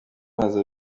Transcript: mazi